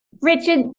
Richard